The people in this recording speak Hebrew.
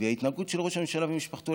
וההתנהגות של ראש הממשלה ומשפחתו,